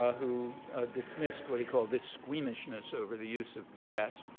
ah who dismissed what he called this squeamishness over the use of gas.